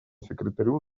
секретарю